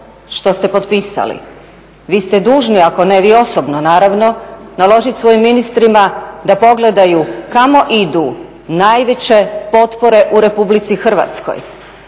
što ste potpisali. Vi ste dužni, ako ne vi osobno naravno, naložiti svojim ministrima da pogledaju kamo idu najveće potpore u Republici Hrvatskoj.